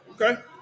okay